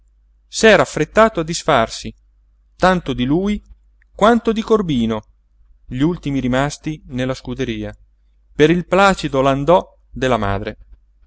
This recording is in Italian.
saperne s'era affrettato a disfarsi tanto di lui quanto di corbino gli ultimi rimasti nella scuderia per il placido landò della madre